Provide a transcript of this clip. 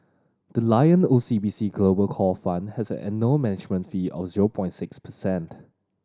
the Lion O C B C Global Core Fund has an annual management fee of zero point six percent